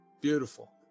Beautiful